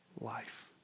life